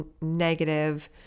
negative